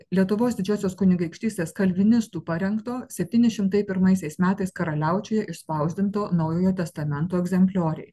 lietuvos didžiosios kunigaikštystės kalvinistų parengto septyni šimtai pirmaisiais metais karaliaučiuje išspausdinto naujojo testamento egzemplioriai